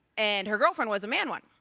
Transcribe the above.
and her girlfriend was a man one.